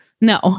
no